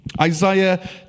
Isaiah